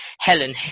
Helen